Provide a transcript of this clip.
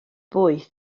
boeth